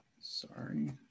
Sorry